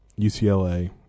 UCLA